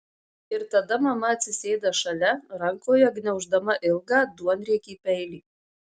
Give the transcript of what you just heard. ir tada mama atsisėda šalia rankoje gniauždama ilgą duonriekį peilį